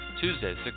Tuesdays